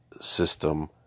system